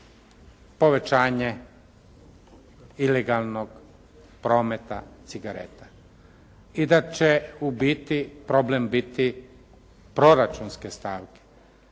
povećanje ilegalnog prometa cigareta. I da će u biti problem biti proračunske stavke.